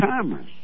commerce